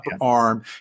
arm